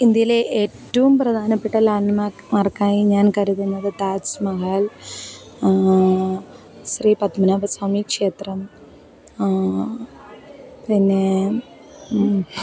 ഇന്ത്യയിലെ ഏറ്റവും പ്രധാനപ്പെട്ട ലാന്ഡ് മാർക്ക് മാർക്കായി ഞാൻ കരുതുന്നത് താജ്മഹൽ ശ്രീപദ്മനാഭസ്വാമിക്ഷേത്രം പിന്നേ